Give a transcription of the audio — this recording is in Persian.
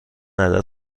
عدد